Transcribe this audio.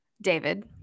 David